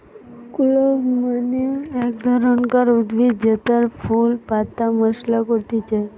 clove মানে এক ধরণকার উদ্ভিদ জেতার ফুল পাতা মশলা করতিছে